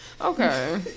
Okay